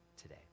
today